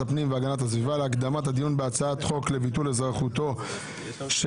הפנים והגנת הסביבה להקדמת הדיון בהצעת הדיון בהצעת חוק לביטול אזרחותו או